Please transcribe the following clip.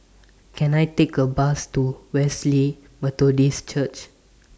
Can I Take A Bus to Wesley Methodist Church